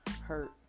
hurt